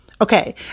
Okay